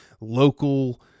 local